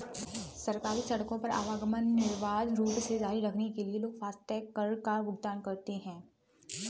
सरकारी सड़कों पर आवागमन निर्बाध रूप से जारी रखने के लिए लोग फास्टैग कर का भुगतान करते हैं